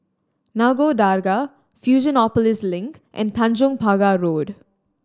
Nagore Dargah Fusionopolis Link and Tanjong Pagar Road